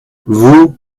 vous